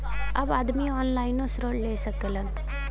अब आदमी ऑनलाइनों ऋण ले सकलन